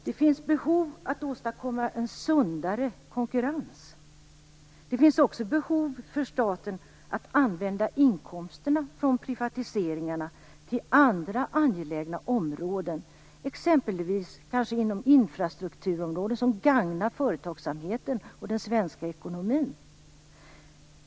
Det finns behov att åstadkomma en sundare konkurrens. Det finns också behov för staten att använda inkomsterna från privatiseringarna till andra angelägna områden, exempelvis inom infrastrukturområdet, vilket skulle gagna företagsamheten och den svenska ekonomin.